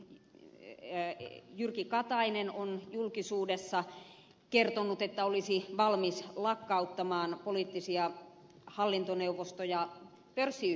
myös valtiovarainministeri jyrki katainen on julkisuudessa kertonut että olisi valmis lakkauttamaan poliittisia hallintoneuvostoja pörssiyhtiöistä